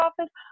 office